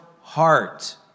heart